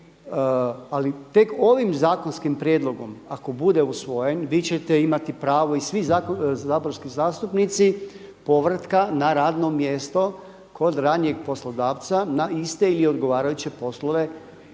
ali tek ovim zakonskim prijedlogom ako bude usvojen vi ćete imati pravo i svi saborski zastupnici povratka na radno mjesto kod ranijeg poslodavca na iste ili odgovarajuće poslove